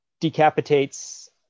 decapitates